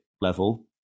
level